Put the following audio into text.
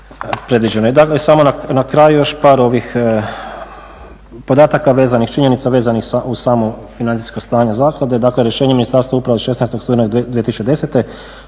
predviđene. Dakle, samo na kraju još par ovih podataka, činjenica vezanih uz samo financijsko stanje zaklade. Dakle, rješenjem Ministarstva uprave 16. studenog 2010.